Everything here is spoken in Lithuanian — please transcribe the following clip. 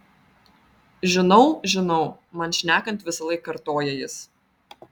žinau žinau man šnekant visąlaik kartoja jis